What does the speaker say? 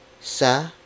sa